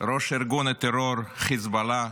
ראש ארגון הטרור חיזבאללה,